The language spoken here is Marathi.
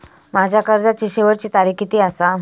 माझ्या कर्जाची शेवटची तारीख किती आसा?